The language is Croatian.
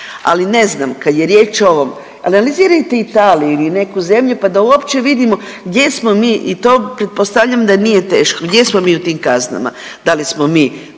ali ne znam kad je riječ o ovom analizirajte Italiju ili neku zemlju pa da uopće vidimo gdje smo mi i to pretpostavljam da nije teško, gdje smo mi u tim kaznama. Da li smo mi